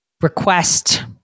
request